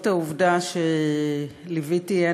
ליוויתי,